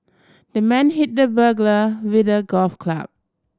the man hit the burglar with a golf club